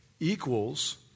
equals